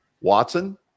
Watson